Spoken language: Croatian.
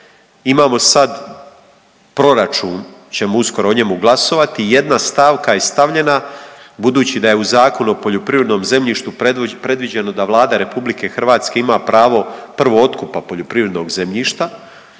imamo sad proračun, ćemo uskoro o njemu glasovati, jedna stavka je stavljena budući da je u Zakonu o poljoprivrednom zemljištu predviđeno da Vlada RH ima pravo prvootkupa poljoprivrednog zemljišta